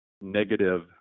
negative